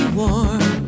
warm